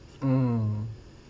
mm